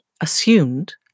assumed